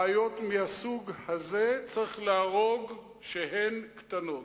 בעיות מהסוג הזה צריך להרוג כשהן קטנות.